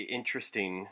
interesting